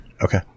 Okay